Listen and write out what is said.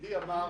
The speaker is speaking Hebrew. ידידי אמר: